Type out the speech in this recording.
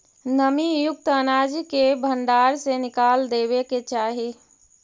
नमीयुक्त अनाज के भण्डार से निकाल देवे के चाहि